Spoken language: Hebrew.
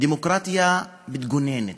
דמוקרטיה מתגוננת,